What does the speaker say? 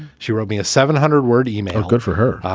she wrote me a seven hundred word yeah e-mail. good for her.